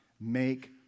make